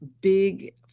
big